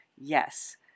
yes